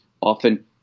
often